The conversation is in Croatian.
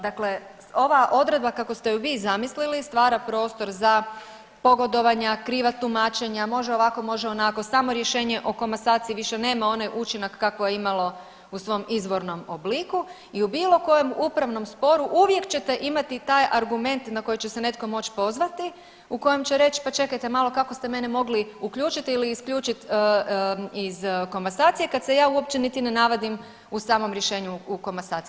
Dakle, ova odredba kako ste ju vi zamislili stvara prostor za pogodovanja, kriva tumačenja, može ovako, može onako, samo rješenje o komasaciji više nema onaj učinak kakvo je imalo u svom izvornom obliku i u bilo kojem upravnom sporu uvijek ćete imati taj argument na koji će se netko moć pozvati u kojem će reć pa čekajte malo kako ste mene mogli uključit ili isključit iz komasacije kad se ja uopće niti ne navodim u samom rješenju o komasaciji.